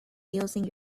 using